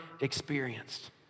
experienced